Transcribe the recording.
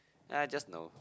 I just no